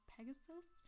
Pegasus